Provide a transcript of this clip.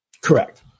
Correct